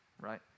Right